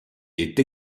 est